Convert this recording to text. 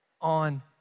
on